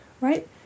right